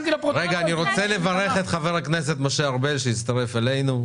רוצה לברך את חבר הכנסת משה ארבל שהצטרף אלינו.